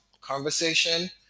conversation